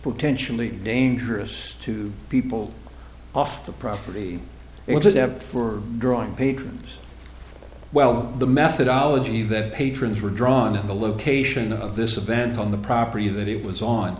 potentially dangerous to people off the property it was empty for drawing patrons well the methodology that patrons were drawn to the location of this event on the property that it was on